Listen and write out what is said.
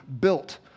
built